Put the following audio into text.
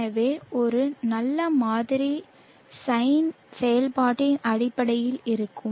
எனவே ஒரு நல்ல மாதிரி சைன் செயல்பாட்டின் அடிப்படையில் இருக்கும்